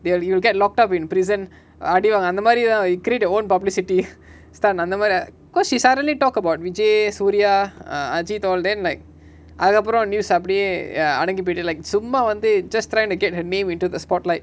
they'll you'll get locked up in prison அடிவாங்க அந்தமாரிதா:adivaanga anthamaritha he created his own publicity stunt அந்தமாரி:anthamari ah cause she suddenly talk about vijay sooriya ah ajith all then like அதுகப்ரோ:athukapro news அப்டியே:apdiye ah அடங்கி பெய்து:adangi peithu like சும்மா வந்து:summa vanthu just trying to get her name into the spotlight